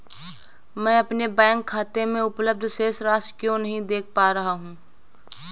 मैं अपने बैंक खाते में उपलब्ध शेष राशि क्यो नहीं देख पा रहा हूँ?